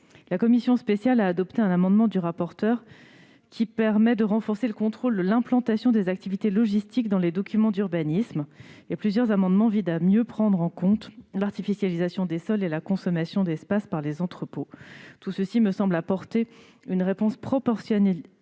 nationale a adopté un amendement du rapporteur, qui vise à renforcer le contrôle de l'implantation des activités logistiques dans les documents d'urbanisme. Plusieurs amendements ont pour objet de mieux prendre en compte l'artificialisation des sols et la consommation d'espace par les entrepôts. Tout cela me semble apporter une réponse proportionnée